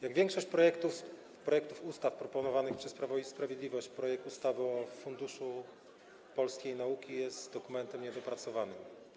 Jak większość projektów ustaw proponowanych przez Prawo i Sprawiedliwość projekt ustawy o Funduszu Polskiej Nauki jest dokumentem niedopracowanym.